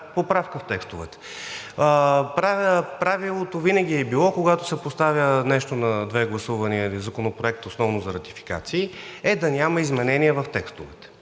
поправка в текстовете. Правилото винаги е било, когато се поставя нещо на две гласувания или законопроект основно за ратификации, е да няма изменения в текстовете,